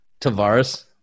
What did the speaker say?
Tavares